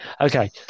Okay